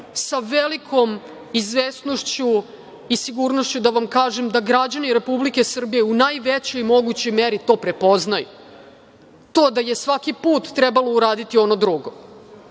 sa velikom izvesnošću i sigurnošću da vam kažem da građani Republike Srbije u najvećoj mogućoj meri to prepoznaju, to da je svaki put trebalo uraditi ono drugo,